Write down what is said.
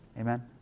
Amen